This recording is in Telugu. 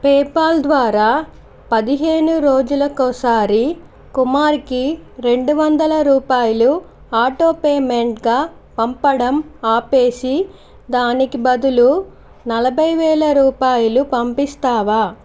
పేపాల్ ద్వారా పదిహేను రోజులకి ఒకసారి కుమార్కి రెండు వందల రూపాయలు ఆటో పేమెంట్గా పంపడం ఆపేసి దానికి బదులు నలభై వేల రూపాయలు పంపిస్తావా